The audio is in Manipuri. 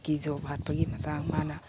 ꯀꯤꯖꯣꯚ ꯍꯥꯠꯄꯒꯤ ꯃꯇꯥꯡ ꯃꯥꯅ